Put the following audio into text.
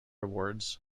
awards